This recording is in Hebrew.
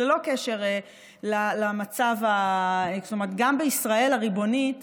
ללא קשר למצב, גם בישראל הריבונית